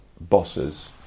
bosses